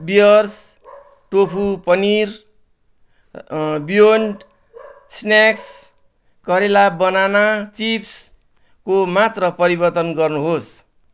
Breyers tofu paneer beyond snacks करेला banana चिप्सको मात्र परिवर्तन गर्नु होस्